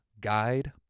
Guide